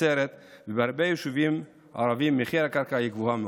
נצרת והרבה יישובים ערביים מחיר הקרקע גבוה מאוד.